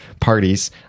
parties